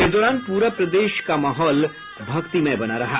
इस दौरान पूरे प्रदेश का माहौल भक्तिमय बना रहा